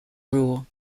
rule